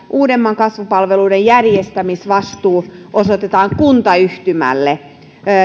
uudenmaan kasvupalveluiden järjestämisvastuu osoitetaan kuntayhtymälle